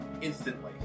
instantly